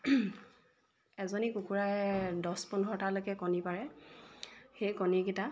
এজনী কুকুৰাই দছ পোন্ধৰটালৈকে কণী পাৰে সেই কণীকেইটা